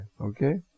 okay